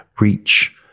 reach